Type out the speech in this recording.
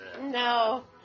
No